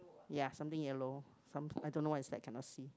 ya something yellow something I don't know what is that cannot see